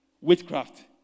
witchcraft